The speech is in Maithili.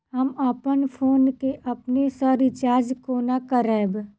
हम अप्पन फोन केँ अपने सँ रिचार्ज कोना करबै?